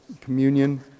communion